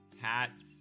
hats